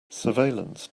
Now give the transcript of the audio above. surveillance